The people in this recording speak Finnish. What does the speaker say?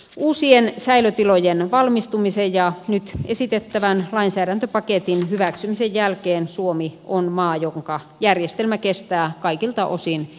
uusien säilötilojen valmistumisen ja nyt esitettävän lainsäädäntöpaketin hyväksymisen jälkeen suomi on maa jonka järjestelmä kestää kaikilta osin kriittisimmänkin tarkastelun